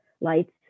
lights